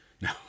No